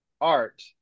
art